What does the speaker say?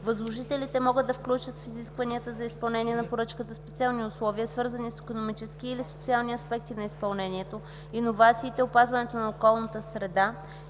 Възложителите могат да включат в изискванията за изпълнение на поръчката специални условия, свързани с икономически или социални аспекти на изпълнението, иновациите, опазването на околната среда